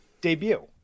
debut